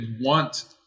want